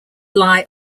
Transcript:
lie